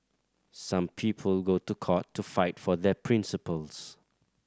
some people go to court to fight for their principles